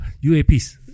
UAPs